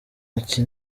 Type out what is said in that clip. iki